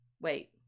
wait